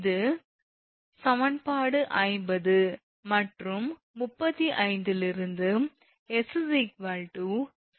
எனவே சமன்பாடு 50 மற்றும் 35 இலிருந்து 𝑠𝑐sinh𝑥𝑐